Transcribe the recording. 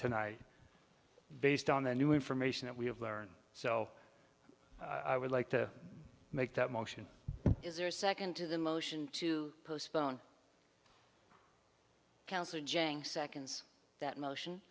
tonight based on the new information that we have learned so i would like to make that motion is there a second to the motion to postpone counsel jang seconds that motion